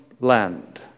land